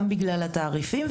גם בגלל התעריפים,